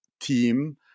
team